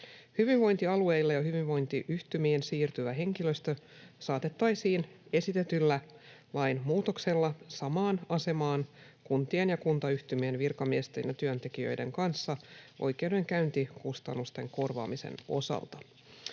Hyvinvointialueille ja hyvinvointiyhtymiin siirtyvä henkilöstö saatettaisiin esitetyllä lainmuutoksella samaan asemaan kuntien ja kuntayhtymien virkamiesten ja työntekijöiden kanssa oikeudenkäyntikustannusten korvaamisen osalta.